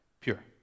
pure